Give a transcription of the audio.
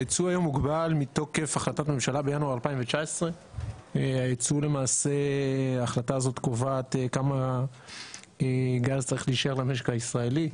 הייצוא היום מוגבל מתוקף החלטת ממשלה בינואר 2019. ההחלטה הזאת קובעת כמה גז צריך להישאר למשק הישראלי.